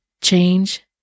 change